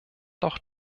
doch